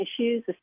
issues